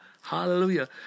Hallelujah